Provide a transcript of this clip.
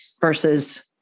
versus